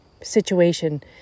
situation